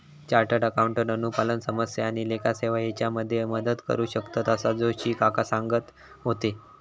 chartered accountant अनुपालन समस्या आणि लेखा सेवा हेच्यामध्ये मदत करू शकतंत, असा जोशी काका सांगत होते